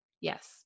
Yes